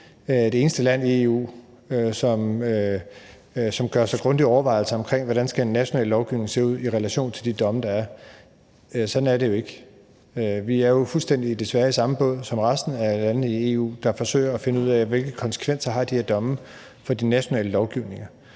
det eneste land i EU, som gør sig grundige overvejelser omkring, hvordan en national lovgivning skal se ud i relation til de domme, der er. Sådan er det jo ikke. Vi er jo desværre i fuldstændig samme båd som resten af landene i EU, der forsøger at finde ud af, hvilke konsekvenser de her domme har for de nationale lovgivninger.